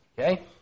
Okay